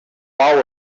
pau